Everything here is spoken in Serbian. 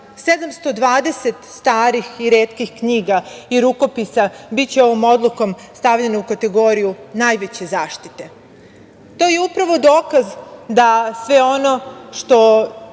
720 starih i retkih knjiga i rukopisa, biće ovom odlukom stavljena u kategoriju najveće zaštite. To je upravo dokaz da sve ono što